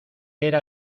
era